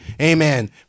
Amen